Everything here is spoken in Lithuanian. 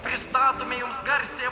pristatome jums garsiąją